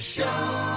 Show